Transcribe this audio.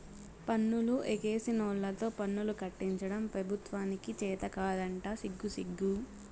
పన్నులు ఎగేసినోల్లతో పన్నులు కట్టించడం పెబుత్వానికి చేతకాదంట సిగ్గుసిగ్గు